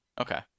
Okay